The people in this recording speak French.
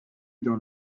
dans